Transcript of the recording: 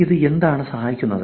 ഇത് എന്താണ് സഹായിക്കുന്നത്